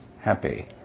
happy